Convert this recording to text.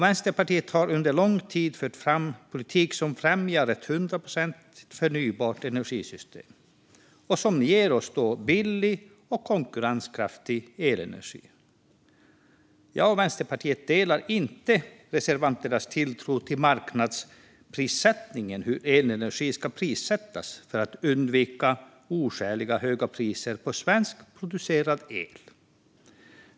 Vänsterpartiet har under lång tid fört en politik som främjar ett 100 procent förnybart energisystem och som ger oss billig och konkurrenskraftig elenergi. Jag och Vänsterpartiet delar inte reservanternas tilltro till marknadsprissättningen, alltså hur elenergi ska prissättas för att undvika oskäligt höga priser på svenskproducerad el.